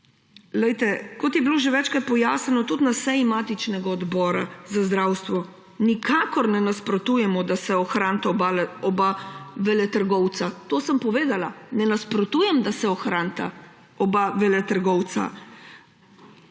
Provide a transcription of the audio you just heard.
Kot je bilo že večkrat pojasnjeno tudi na seji matičnega odbora, Odbora za zdravstvo, nikakor ne nasprotujemo, da se ohranita oba veletrgovca. To sem povedala. Ne nasprotujem, da se ohranita oba veletrgovca.